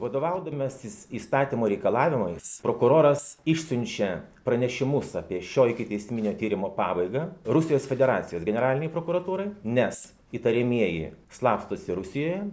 vadovaudamasis įstatymo reikalavimais prokuroras išsiunčia pranešimus apie šio ikiteisminio tyrimo pabaigą rusijos federacijos generalinei prokuratūrai nes įtariamieji slapstosi rusijoje